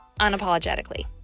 unapologetically